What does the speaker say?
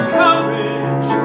courage